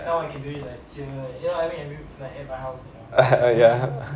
ya